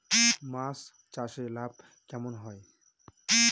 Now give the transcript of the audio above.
মাছ চাষে লাভ কেমন হয়?